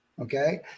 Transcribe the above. okay